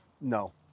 No